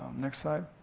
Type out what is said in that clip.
next slide.